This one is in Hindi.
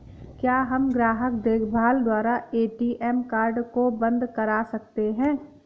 क्या हम ग्राहक देखभाल द्वारा ए.टी.एम कार्ड को बंद करा सकते हैं?